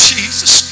Jesus